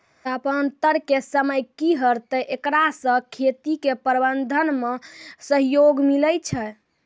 तापान्तर के समय की रहतै एकरा से खेती के प्रबंधन मे सहयोग मिलैय छैय?